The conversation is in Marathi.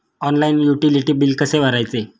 ऑनलाइन युटिलिटी बिले कसे भरायचे?